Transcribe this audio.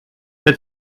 qu’a